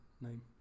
name